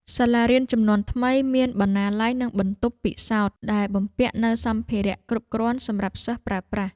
សាលារៀនជំនាន់ថ្មីមានបណ្ណាល័យនិងបន្ទប់ពិសោធន៍ដែលបំពាក់នូវសម្ភារៈគ្រប់គ្រាន់សម្រាប់សិស្សប្រើប្រាស់។